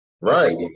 Right